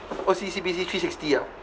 O_C_B_C B_C three-sixty ah